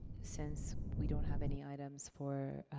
since we don't have any items for